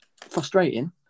frustrating